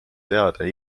teada